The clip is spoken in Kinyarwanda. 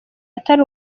atari